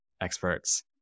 experts